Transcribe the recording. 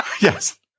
Yes